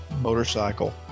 motorcycle